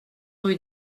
rue